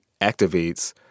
activates